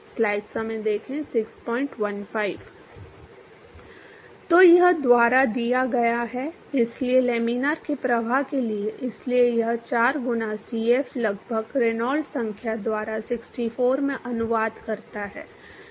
तो यह द्वारा दिया गया है इसलिए लेमिनार के प्रवाह के लिए इसलिए यह 4 गुना Cf लगभग रेनॉल्ड्स संख्या द्वारा 64 में अनुवाद करता है